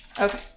Okay